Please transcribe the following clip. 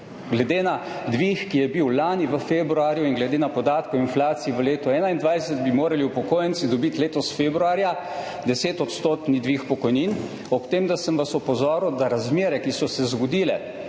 Glede na dvig, ki je bil lani februarja in glede na podatke o inflaciji v letu 2021, bi morali dobiti upokojenci letos februarja 10-odstotni dvig pokojnin, ob tem, da sem vas opozoril, da razmere, ki so se zgodile